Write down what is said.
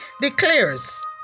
declares